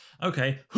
okay